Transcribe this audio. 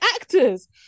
actors